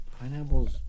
Pineapples